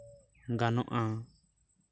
ᱜᱟᱱᱚᱜᱼᱟ